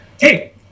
Hey